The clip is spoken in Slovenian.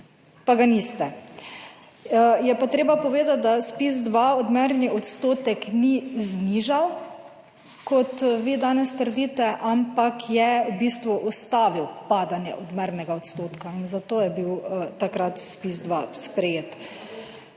pa ga niste. Je pa treba povedati, da ZPIZ-2 odmerni odstotek ni znižal, kot vi danes trdite, ampak je v bistvu ustavil padanje odmernega odstotka in zato je bil takrat Zpiz-2 sprejet.